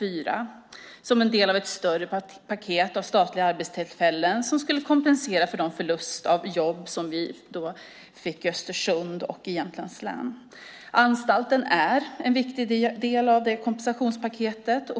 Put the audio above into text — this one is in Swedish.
Det var en del av ett större paket med statliga arbetstillfällen som skulle kompensera för den förlust av jobb som vi fick i Östersund och i Jämtlands län. Anstalten är en viktig del av det kompensationspaketet.